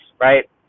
right